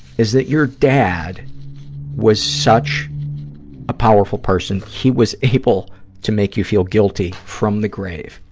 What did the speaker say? is that your dad was such a powerful person, he was able to make you feel guilty from the grave.